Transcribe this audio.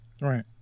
right